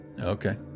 okay